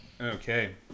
Okay